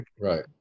right